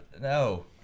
no